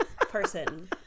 person